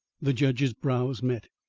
the judge's brows met.